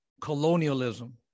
colonialism